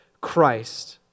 Christ